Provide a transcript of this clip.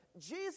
Jesus